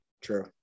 true